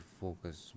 focus